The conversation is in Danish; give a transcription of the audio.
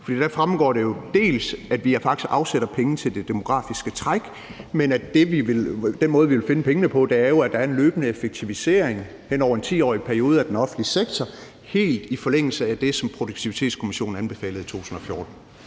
der fremgår det jo, dels at vi jo faktisk afsætter penge til det demografiske træk, dels at den måde, vi vil finde pengene på, er ved at have en løbende effektivisering hen over en 10-årig periode af den offentlige sektor, helt i forlængelse af det, som Produktivitetskommissionen anbefalede i 2014.